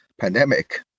pandemic